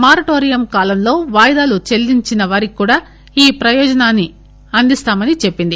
moratorium కాలంలో వాయిదాలు చెల్లించిన వారికి కూడా ఈ ప్రయోజనాన్ని అందిస్తామని చెప్పింది